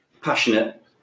Passionate